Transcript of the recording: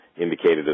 indicated